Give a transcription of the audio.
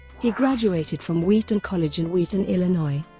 he graduated from wheaton college in wheaton, illinois,